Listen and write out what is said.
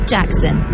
Jackson